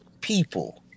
people